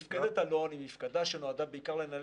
מפקדת אלון היא מפקדה שנועדה בעיקר לנהל